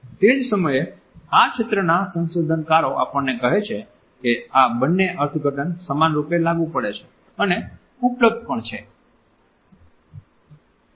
તે જ સમયે આ ક્ષેત્રના સંશોધનકારો આપણને કહે છે કે આ બંને અર્થઘટન સમાનરૂપે લાગુ પડે છે અને ઉપલબ્ધ પણ છે